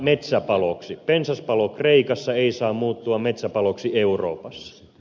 pensaspalo kreikassa ei saa muuttua metsäpaloksi euroopassa